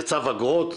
זה צו אגרות,